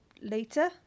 later